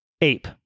ape